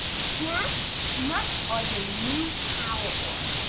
snacks nuts are the new power bar.